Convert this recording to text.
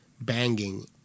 banging